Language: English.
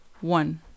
one